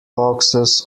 boxes